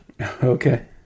Okay